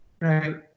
Right